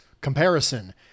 comparison